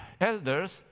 elders